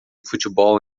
futebol